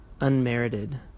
unmerited